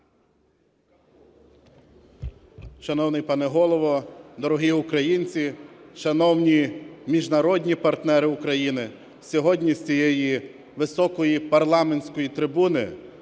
Шановний пане Голово, дорогі українці, шановні міжнародні партнери України! Сьогодні з цієї високої парламентської трибуни,